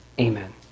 Amen